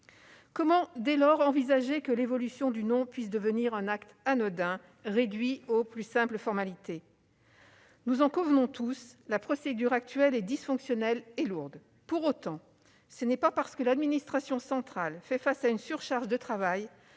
Comment, dès lors, envisager que l'évolution du nom puisse devenir un acte anodin, réduit aux plus simples formalités ? Nous en convenons tous, la procédure actuelle est dysfonctionnelle et lourde. Néanmoins, ce n'est pas parce que l'administration centrale fait face à une surcharge de travail